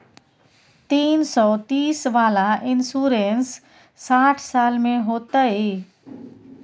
तीन सौ तीस वाला इन्सुरेंस साठ साल में होतै?